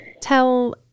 tell